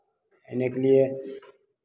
इने के लिए